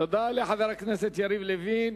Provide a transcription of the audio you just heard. תודה לחבר הכנסת יריב לוין.